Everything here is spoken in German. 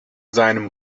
seinem